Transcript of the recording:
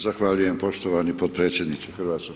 Zahvaljujem poštovani potpredsjedniče HS.